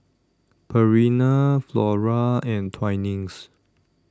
Purina Flora and Twinings